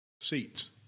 seats